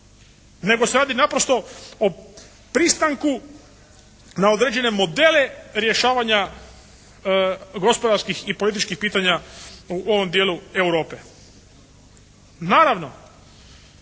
nego se radi naprosto o pristanku na određene modele rješavanja gospodarskih i političkih pitanja u ovom dijelu Europe. Naravno,